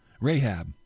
Rahab